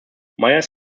myers